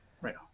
right